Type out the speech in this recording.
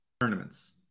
tournaments